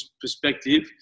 perspective